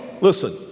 listen